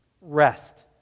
Rest